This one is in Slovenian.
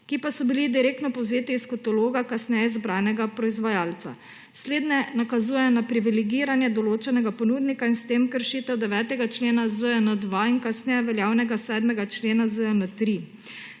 ki pa so bili direktno povzeti iz kataloga kasneje izbranega proizvajalca. Slednje nakazujejo na privilegiranje določenega ponudnika in s tem kršitev 9. člena ZJN-2 in kasneje veljavnega 7. člena ZJN-3.